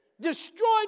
destroyed